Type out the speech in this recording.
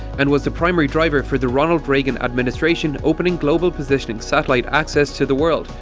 and was the primary driver for the ronald reagan administration opening global positioning satellite access to the world.